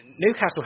Newcastle